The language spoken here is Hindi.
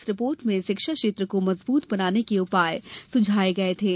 इस रिपोर्ट में शिक्षा क्षेत्र को मजबूत बनाने के उपाय सुझाये गये थे